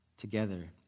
together